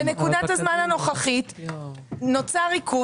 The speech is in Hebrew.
בנקודת הזמן הנוכחית נוצר עיכוב,